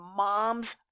mom's